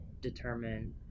determine